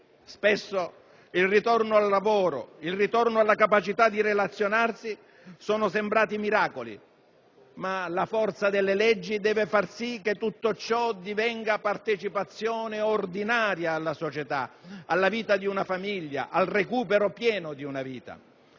Spesso il ritorno al lavoro, il ritorno alla capacità di relazionarsi sono sembrati miracoli, ma la forza delle leggi deve far sì che tutto ciò divenga partecipazione ordinaria alla società, alla vita di una famiglia, al recupero pieno di una vita.